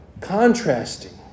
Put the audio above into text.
contrasting